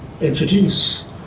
introduce